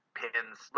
pins